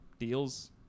Deals